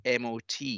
MOT